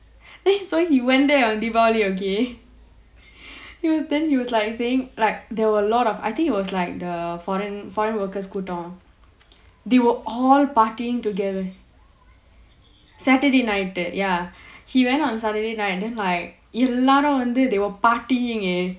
then so he went there on diwali okay then he was like saying like there were a lot of I think it was like the foreign foreign workers கூட்டம்:koottam they were all partying together saturday night that ya he went on saturday night and then like எல்லாரும் வந்து:ellaarum vanthu they were partying eh